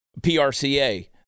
PRCA